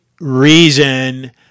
reason